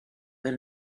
that